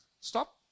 Stop